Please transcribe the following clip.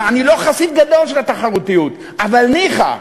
ואני לא חסיד גדול של התחרותיות, אבל ניחא,